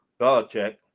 Belichick